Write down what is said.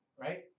Right